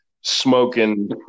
smoking